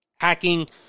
hacking